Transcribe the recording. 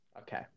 Okay